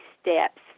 steps